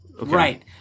Right